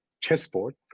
chessboard